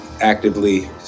actively